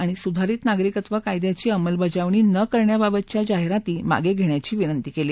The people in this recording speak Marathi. आणि सुधारित नागरिकत्व कायद्याची अंमलबजावणी न करण्याबाबतच्या जाहिराती मागे घेण्याची ही विनंती केली